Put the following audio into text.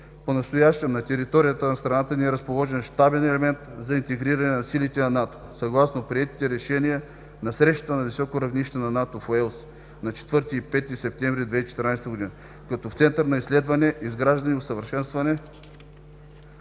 Понастоящем на територията на страната ни е разположен Щабен елемент за интегриране на силите на НАТО съгласно приетите решения на срещата на високо равнище на НАТО в Уелс на 4 и 5 септември 2014 г., както и Център за изследване, изграждане и усъвършенстване